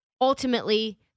Ultimately